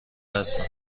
هستن